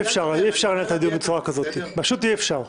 אפשרות לקצר את הזמן.